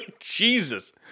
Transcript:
Jesus